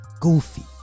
goofy